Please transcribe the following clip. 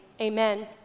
amen